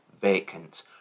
vacant